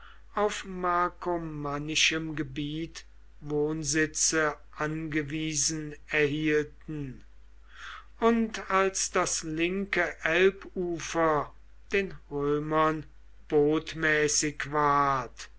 auf markomannischem gebiet wohnsitze angewiesen erhielten und als das linke elbufer den römern botmäßig ward